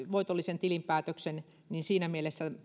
voitollisen tilinpäätöksen tässä siinä mielessä